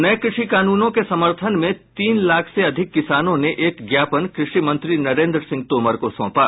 नए कृषि कानूनों के समर्थन में तीन लाख से अधिक किसानों ने एक ज्ञापन कृषि मंत्री नरेन्द्र सिंह तोमर को सौंपा